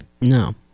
No